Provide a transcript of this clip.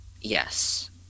yes